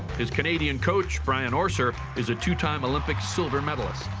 his canadian coach brian orser is a two-time olympic silver medallist.